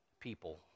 people